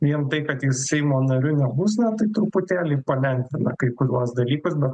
vien tai kad jis seimo nariu nebus na tai truputėlį palengvina kai kuriuos dalykus bet